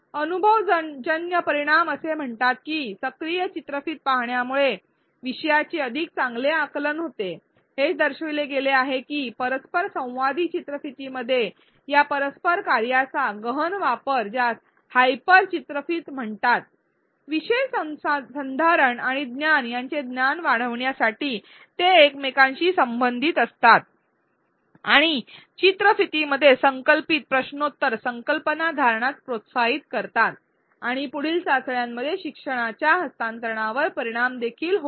अनुभवजन्य परिणाम असे म्हणतात की सक्रिय चित्रफित पाहण्यामुळे विषयाचे अधिक चांगले आकलन होते हे दर्शविले गेले आहे की परस्परसंवादी चित्रफितीमध्ये या परस्पर कार्याचा गहन वापर ज्यास हायपर चित्रफित म्हणतात विषय संधारण आणि ज्ञान यांचे ज्ञान वाढविण्यासाठी ते एकमेकांशी संबंधित असतात आणि चित्रफितीमध्ये संकल्पित प्रश्नोत्तर संकल्पना धारणास प्रोत्साहित करतात आणि पुढील चाचण्यांमध्ये शिक्षणाच्या हस्तांतरणावर परिणाम देखील होतो